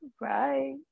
right